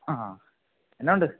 ആ എന്നാ ഉണ്ട്